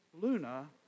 luna